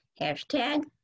hashtag